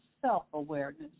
self-awareness